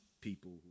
people